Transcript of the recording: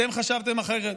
אתם חשבתם אחרת.